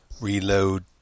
reload